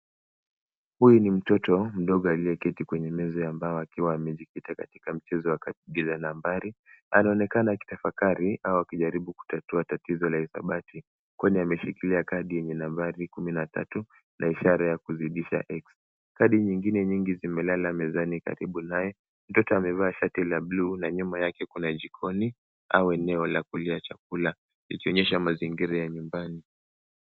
Huyu ni mtoto mdogo aliyeketi kwenye meza ya mbao akiwa amejikita katika mchezo wa nambari. Anaonekana akitafakari au akijaribu kutatua tatizo la hisabati kwani ameshikilia kadi yenye nambari kumi na tatu na ishara ya kuzidisha X . Kadi nyingine nyingi zimelala mezani karibu naye. Mtoto amevaa shati la buluu na nyuma yake kuna jikoni au eneo la kulia chakula ikionyesha mazingira ya nyumbani.